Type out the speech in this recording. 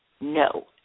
No